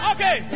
Okay